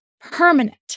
permanent